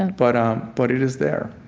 and but um but it is there